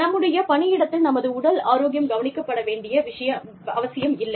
நம்முடைய பணியிடத்தில் நமது உடல் ஆரோக்கியம் கவனிக்கப்பட வேண்டிய அவசியம் இல்லை